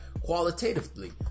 qualitatively